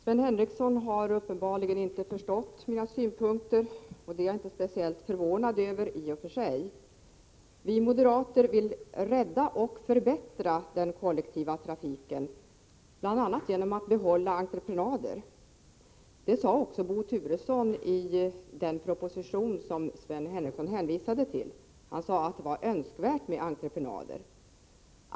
Herr talman! Sven Henricsson har uppenbarligen inte förstått mina synpunkter, och det är jag inte speciellt förvånad över i och för sig. Vi moderater vill rädda och förbättra den kollektiva trafiken, bl.a. genom att behålla entreprenader. Det sade också Bo Turesson i den proposition som Sven Henricsson hänvisade till; han sade att det var önskvärt med entreprenader.